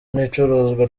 n’icuruzwa